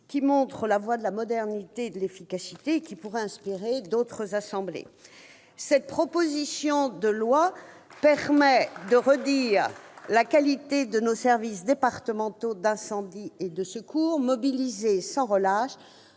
Elle montre la voie de la modernité et de l'efficacité et pourrait inspirer d'autres assemblées ... Très bien ! La proposition de loi permet de réaffirmer la qualité de nos services départementaux d'incendie et de secours, mobilisés sans relâche,